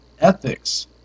ethics